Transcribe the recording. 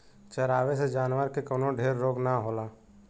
चरावे से जानवर के कवनो ढेर रोग ना होला